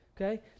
Okay